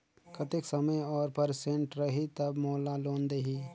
कतेक समय और परसेंट रही तब मोला लोन देही?